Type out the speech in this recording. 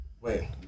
Wait